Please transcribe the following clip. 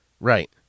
Right